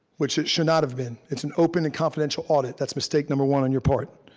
which it should not have been. it's an open and confidential audit. that's mistake number one on your part.